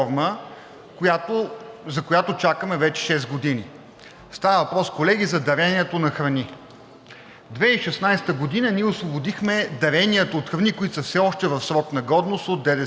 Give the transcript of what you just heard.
за която чакаме вече шест години. Колеги, става въпрос за дарението на храни. През 2016 г. ние освободихме дарението от храни, които са все още в срок на годност, от ДДС.